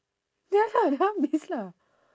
ya lah dah habis lah